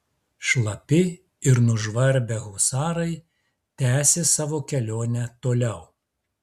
šlapi ir nužvarbę husarai tęsė savo kelionę toliau